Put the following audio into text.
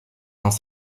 dans